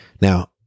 Now